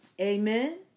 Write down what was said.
Amen